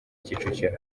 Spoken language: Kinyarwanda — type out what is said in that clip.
kicukiro